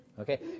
Okay